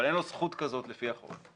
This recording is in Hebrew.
אבל אין לו זכות כזאת לפי החוק.